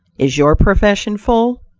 is your profession full?